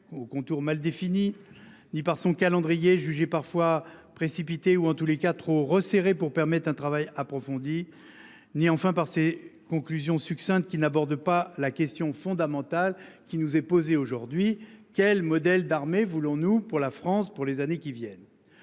ni par son calendrier jugé parfois précipitées ou en tous les cas trop resserré pour permettre un travail approfondi. Ni enfin par ses conclusions succincte qui n'aborde pas la question fondamentale qui nous est posée aujourd'hui quel modèle d'armée, voulons-nous pour la France pour les années qui viennent.